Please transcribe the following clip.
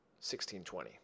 1620